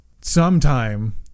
Sometime